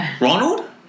Ronald